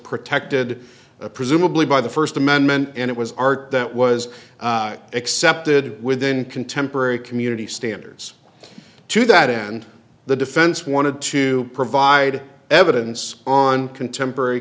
protected presumably by the first amendment and it was art that was accepted within contemporary community standards to that end the defense wanted to provide evidence on contemporary